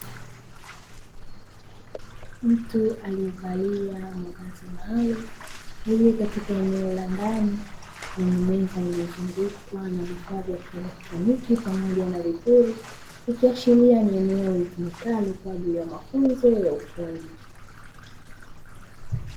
Mtu aliyevalia mavazi maalumu ili katika eneo la ndani lenye meza iliyozungukwa na vifaa vya kielekroniki pamoja na vipuri, ikiashiria ni eneo litumikalo kwa ajili ya mafunzo ya ufundi.